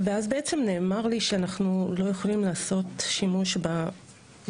נאמר לי אז שאנחנו לא יכולים לעשות שימוש בביציות.